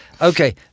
okay